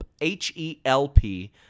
H-E-L-P